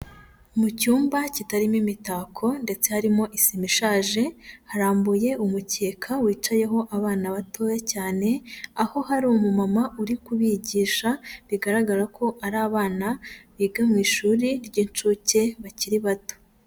Mu cyumba kitarimo imitako ndetse harimo isima ishaje, harambuye umukeka wicayeho abana batoya cyane, aho hari umumama uri kubigisha, bigaragara ko ari abana biga mu ishuri ry'incuke bakiri bato.